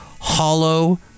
Hollow